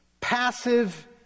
passive